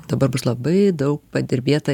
dabar bus labai daug padirbėta